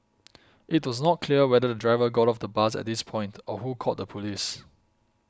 it was not clear whether the driver got off the bus at this point or who called the police